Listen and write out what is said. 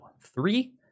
Three